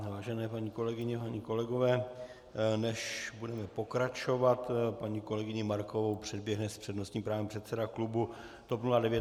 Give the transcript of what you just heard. Vážené paní kolegyně, páni kolegové, než budeme pokračovat, paní kolegyni Markovou předběhne s přednostním právem předseda klubu TOP 09.